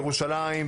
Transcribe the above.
ירושלים,